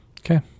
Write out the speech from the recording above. Okay